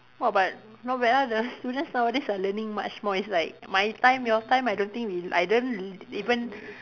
!wah! but not bad ah the students nowadays are learning much more it's like my time your time I don't think we I don't even